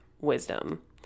wisdom